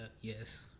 Yes